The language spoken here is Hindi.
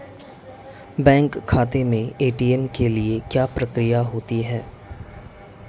बैंक खाते में ए.टी.एम के लिए क्या प्रक्रिया होती है?